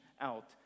out